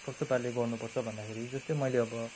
कस्तो पाराले गर्नुपर्छ भन्दाखेरि जस्तै मैले अब